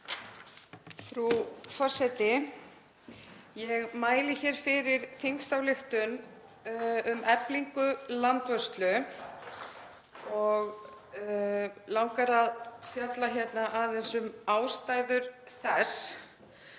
Frú forseti. Ég mæli hér fyrir þingsályktunartillögu um eflingu landvörslu og langar að fjalla aðeins um ástæður þess.